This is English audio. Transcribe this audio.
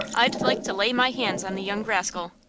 i'd like to lay my hands on the young rascal.